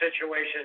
situation